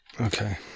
Okay